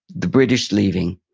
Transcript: the british leaving,